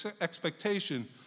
expectation